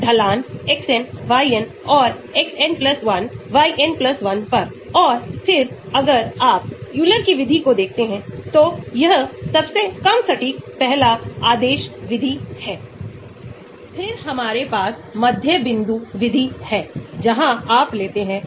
तो अगर आपके पास इलेक्ट्रॉन दान है तो हमारे पास नीचे जाने की दर है अगर आपके पास इलेक्ट्रॉन वापस लेने की दर ऊपर जाती हैतो steric से प्रभावित मूल स्थिति दर जैसे कि मैंने steric इलेक्ट्रॉनिक कारकों का उल्लेख किया हैतो steric प्रभाव के लिए सुधार के बाद sigma1 दें